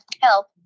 Help